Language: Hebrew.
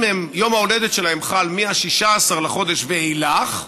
אם יום ההולדת שלהם חל מ-16 בחודש ואילך,